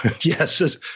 yes